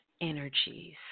energies